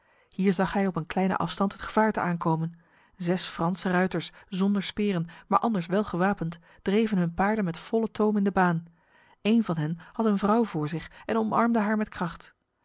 hier zag hij op een kleine afstand het gevaarte aankomen zes franse ruiters zonder speren maar anders welgewapend dreven hun paarden met volle toom in de baan een van hen had een vrouw voor zich en omarmde haar met kracht